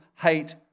hate